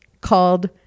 called